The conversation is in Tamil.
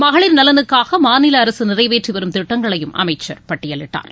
மகளிர் நலனுக்காக மாநில அரசு நிறைவேற்றி வரும் திட்டங்களையும் அமைச்சர் பட்டியலிட்டார்